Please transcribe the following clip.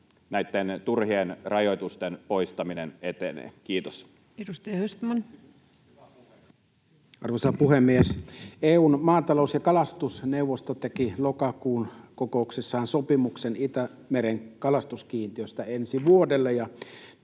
näitten turhien rajoitusten poistaminen etenee? — Kiitos. Edustaja Östman. Arvoisa puhemies! EU:n maatalous- ja kalastusneuvosto teki lokakuun kokouksessaan sopimuksen Itämeren kalastuskiintiöstä ensi vuodelle.